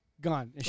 Gone